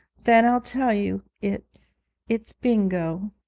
then i'll tell you it it's bingo